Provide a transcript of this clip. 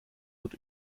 wird